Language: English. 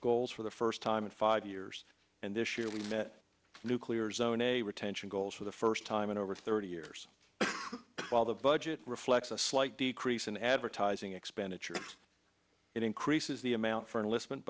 goals for the first time in five years and this year we met nuclear is own a retention goals for the first time in over thirty years while the budget reflects a slight decrease in advertising expenditure and it increases the amount for enlistment